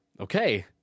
okay